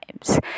times